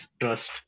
trust